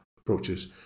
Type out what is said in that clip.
approaches